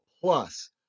Plus